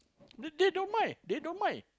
they they don't mind they don't mind